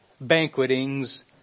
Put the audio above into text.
banquetings